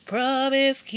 Promise